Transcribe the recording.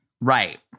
Right